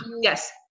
yes